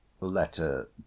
letter